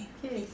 okay